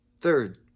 Third